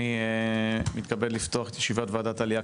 אני מתכבד לפתוח את ישיבת ועדת עליה,